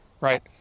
right